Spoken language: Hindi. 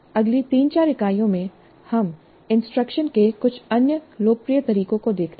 अगली 3 4 इकाइयों में हम इंस्ट्रक्शन के कुछ अन्य लोकप्रिय तरीकों को देखते हैं